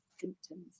symptoms